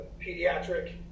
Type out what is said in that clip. pediatric